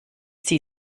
sie